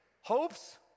hopes